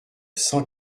cent